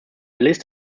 list